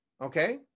Okay